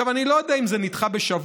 אני לא יודע אם זה נדחה בשבוע,